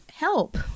help